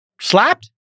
slapped